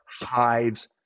hives